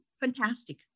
fantastic